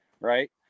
right